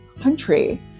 country